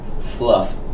fluff